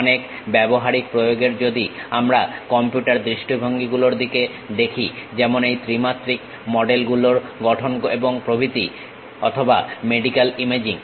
অনেক ব্যবহারিক প্রয়োগের যদি আমরা কম্পিউটার দৃষ্টিভঙ্গি গুলোর দিকে দেখি যেমন এই ত্রিমাত্রিক মডেল গুলো গঠন এবং প্রভৃতি অথবা মেডিক্যাল ইমেজিং